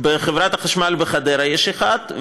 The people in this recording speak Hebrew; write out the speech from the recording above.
בחברת החשמל בחדרה יש אחד,